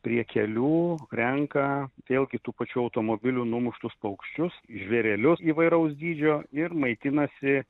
prie kelių renka vėlgi tų pačių automobilių numuštus paukščius žvėrelius įvairaus dydžio ir maitinasi